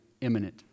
imminent